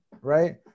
Right